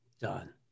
Done